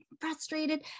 frustrated